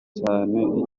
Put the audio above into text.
cyane